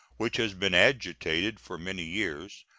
which has been agitated for many years,